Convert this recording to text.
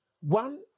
One